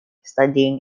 studying